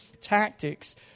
tactics